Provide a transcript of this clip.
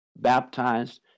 baptized